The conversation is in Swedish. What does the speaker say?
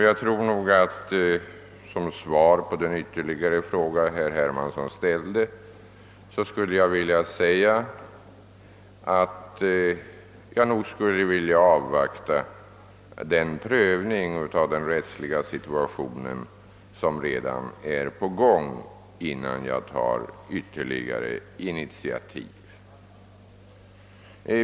Jag tror att jag som svar på herr Hermanssons senast ställda fråga skulle vilja säga att jag föredrar att avvakta den prövning av den rättsliga situationen som redan pågår, innan jag tar ytterligare initiativ.